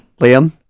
Liam